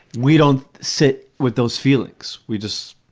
we don't sit with those feelings we just,